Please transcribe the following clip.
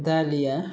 दालिया